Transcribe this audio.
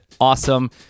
awesome